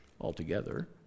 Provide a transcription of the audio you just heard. altogether